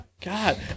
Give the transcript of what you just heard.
God